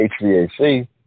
HVAC